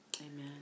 Amen